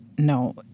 No